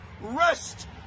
rest